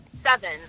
seven